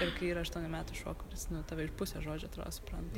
ir kai yra aštuonių metų šuo kuris nu tave iš pusės žodžio atrodo supranta